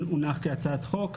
הונח כהצעת חוק,